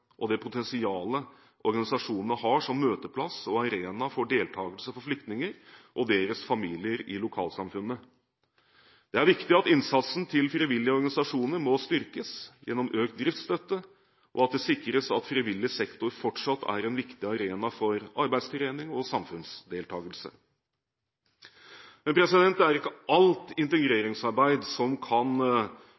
og det potensialet organisasjonene har som møteplass og arena for deltakelse for flyktninger og deres familier i lokalsamfunnene. Det er viktig at innsatsen til frivillige organisasjoner styrkes gjennom økt driftsstøtte, og at det sikres at frivillig sektor fortsatt er en viktig arena for arbeidstrening og samfunnsdeltakelse. Det er ikke alt